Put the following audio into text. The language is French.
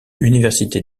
université